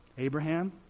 Abraham